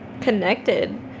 connected